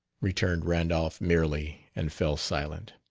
returned randolph merely, and fell silent.